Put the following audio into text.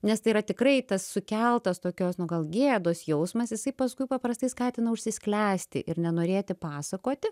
nes tai yra tikrai tas sukeltas tokios nu gal gėdos jausmas jisai paskui paprastai skatina užsisklęsti ir nenorėti pasakoti